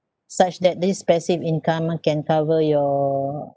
such that this passive income can cover your